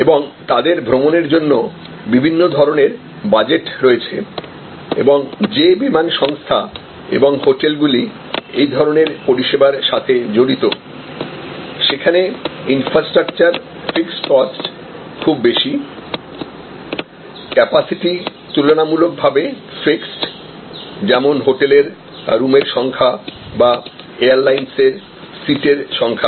এবং তাদের ভ্রমণের জন্য বিভিন্ন ধরণের বাজেট রয়েছে এবং যে বিমান সংস্থা এবং হোটেলগুলি এই ধরনের পরিষেবার সাথে জড়িতসেখানে ইনফ্রাস্ট্রাকচার ফিক্সড কস্ট খুব বেশি ক্যাপাসিটি তুলনামূলকভাবে ফিক্সড যেমন হোটেলের রুমের সংখ্যা বা এয়ারলাইন্সের সিটের সংখ্যা